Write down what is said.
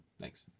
Thanks